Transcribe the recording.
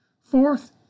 Fourth